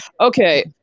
Okay